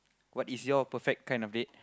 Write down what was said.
what is your perfect kind of date